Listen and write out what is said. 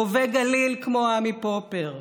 רובה גליל, כמו עמי פופר,